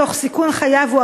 תוך סיכון חייו.